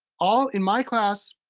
all, in my class,